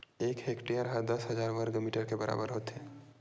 एक हेक्टेअर हा दस हजार वर्ग मीटर के बराबर होथे